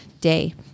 day